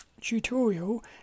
tutorial